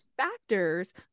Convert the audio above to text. factors